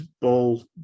ball